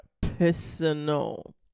personal